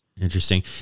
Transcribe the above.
Interesting